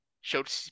showed